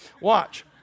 Watch